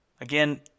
Again